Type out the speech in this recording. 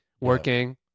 working